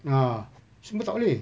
ah semua tak boleh